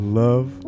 love